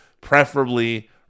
preferably